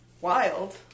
Wild